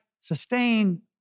sustain